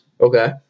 Okay